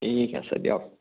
ঠিক আছে দিয়ক